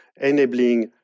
enabling